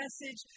message